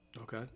Okay